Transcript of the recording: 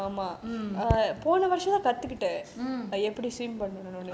mm mm